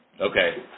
okay